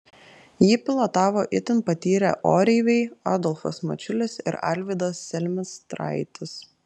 jį pilotavo itin patyrę oreiviai adolfas mačiulis ir alvydas selmistraitis